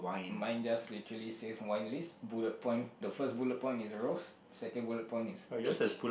mine just literally says wine list bullet point the first bullet point is rose the second bullet point is peach